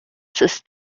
sus